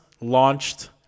launched